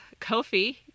Kofi